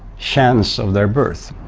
chance of their birth.